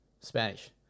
spanish